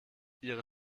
ihre